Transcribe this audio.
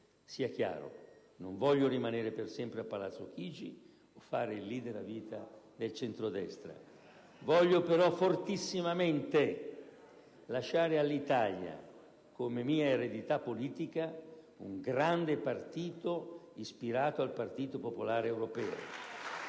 Sia chiaro, non voglio rimanere per sempre a palazzo Chigi o fare il leader a vita del centrodestra. *(Commenti dal Gruppo PD)*. Voglio però fortissimamente lasciare all'Italia, come mia eredità politica, un grande partito ispirato al Partito popolare europeo.